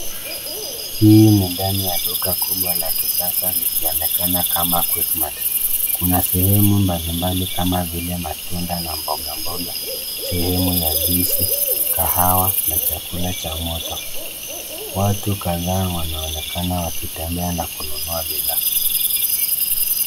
Hii ni ndani ya duka kubwa la kisasa likionekana kama quickmatt. Kuna sehemu mbalimbali kama vile matunda na mboga mboga, sehemu ya juisi, kahawa na chakula cha moto. Watu kadhaa wanaonekana wakitembea na kununua bidhaa.